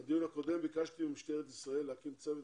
בדיון הקודם ביקשתי ממשטרת ישראל להקים צוות